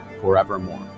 forevermore